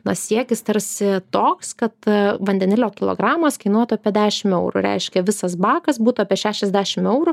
na siekis tarsi toks kad vandenilio kilogramas kainuotų apie dešim eurų reiškia visas bakas būtų apie šešiasdešim eurų